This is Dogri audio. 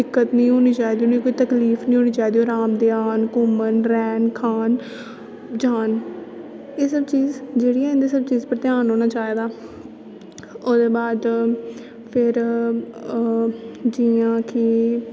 दिक्कत नेई होनी चाहिदी कोई तकलीफ नेई होनी चाहिदी आराम दे आन घूमन रैहन खान जान एह् सव चीज जेहड़िया एह् चीजां न इंदे सब उप्पर घ्यान होना चाहिदा ओहदे बाद फिर जियां कि